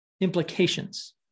implications